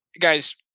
Guys